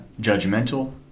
judgmental